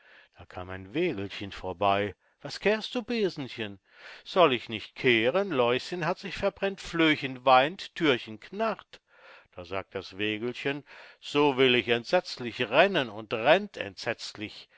da kam ein wägelchen vorbei was kehrst du besenchen soll ich nicht kehren läuschen hat sich verbrennt flöhchen weint thürchen knarrt da sagt das wägelchen so will ich entsetzlich rennen und rennt entsetzlich